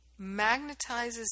magnetizes